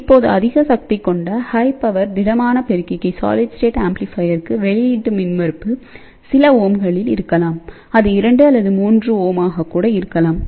இப்போது அதிக சக்தி கொண்ட திடமான பெருக்கிக்கு வெளியீட்டு மின்மறுப்பு சில ஓம்களில் இருக்கலாம் அது2 அல்லது 3Ω ஆக கூட இருக்கலாம்